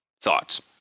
Thoughts